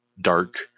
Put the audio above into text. dark